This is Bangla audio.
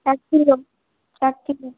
এক কিলো এক কিলো